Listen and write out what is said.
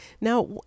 Now